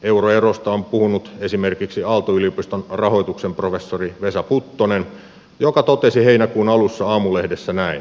euroerosta on puhunut esimerkiksi aalto yliopiston rahoituksen professori vesa puttonen joka totesi heinäkuun alussa aamulehdessä näin